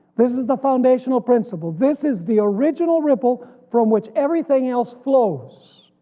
this is the foundational principle, this is the original ripple from which everything else flows